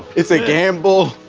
it's a gamble.